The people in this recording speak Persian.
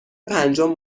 پنجم